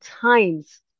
times